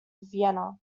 vienna